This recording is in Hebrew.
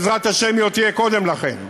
ובעזרת השם היא עוד תהיה קודם לכן.